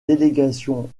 délégations